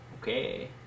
Okay